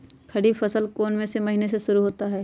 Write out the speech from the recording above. खरीफ फसल कौन में से महीने से शुरू होता है?